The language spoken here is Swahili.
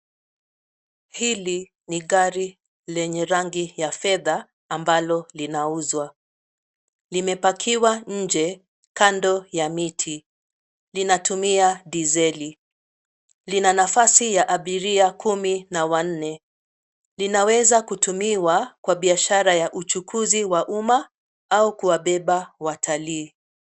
Hili ni gari lenye rangi ya fedha ambalo linauzwa. Limepakiwa nje kando ya miti. Linatumia dizeli . Lina nafasi ya abiria kumi na wanne. Linaweza kutumiwa kwa biashara ya uchukuzi wa umma au kuwabeba watalii.